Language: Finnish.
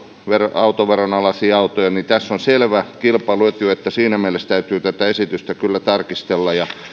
autoveron alaisia autoja tässä on selvä kilpailuetu siinä mielessä täytyy tätä esitystä kyllä tarkistella